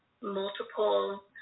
multiple